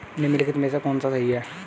निम्नलिखित में से कौन सा सही है?